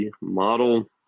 model